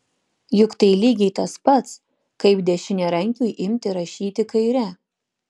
juk tai lygiai tas pats kaip dešiniarankiui imti rašyti kaire